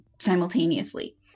simultaneously